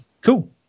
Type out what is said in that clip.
Cool